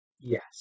Yes